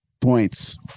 points